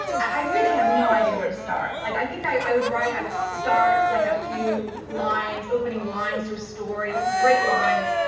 i really had no idea where to start. like i think i would write, i would start like a few opening lines to a story, like, great lines,